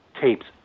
tapes